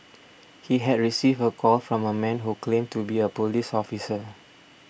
he had received a call from a man who claimed to be a police officer